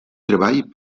treball